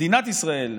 מדינת ישראל,